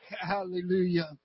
Hallelujah